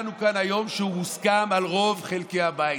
שהוא מוסכם על רוב חלקי הבית,